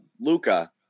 Luca